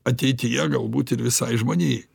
ateityje galbūt ir visai žmonijai